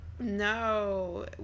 No